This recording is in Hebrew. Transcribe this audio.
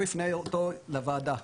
והוא הפנה אותו לוועדה,